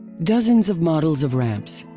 dozens of models of ramps.